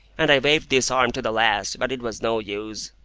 and i waved this arm to the last but it was no use.